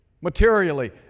materially